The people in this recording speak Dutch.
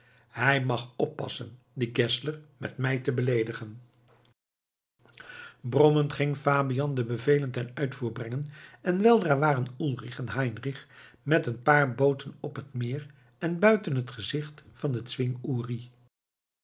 hij mag oppassen die geszler met mij te beleedigen brommend ging fabian de bevelen ten uitvoer brengen en weldra waren ulrich en heinrich met een paar booten op het meer en buiten het gezicht van den